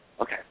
Okay